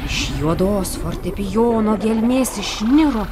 iš juodos fortepijono gelmės išniro